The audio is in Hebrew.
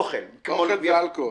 אוכל ואלכוהול.